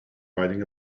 riding